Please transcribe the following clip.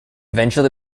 eventually